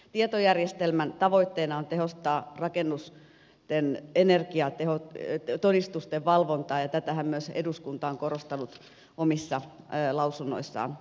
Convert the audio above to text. tietojärjestelmän tavoitteena on tehostaa rakennusten energiatodistusten valvontaa ja tätähän myös eduskunta on korostanut omissa lausunnoissaan matkan varrella